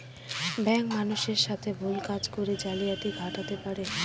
bank মানুষের সাথে ভুল কাজ করে জালিয়াতি ঘটাতে পারে